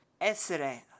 essere